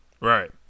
right